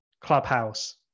Clubhouse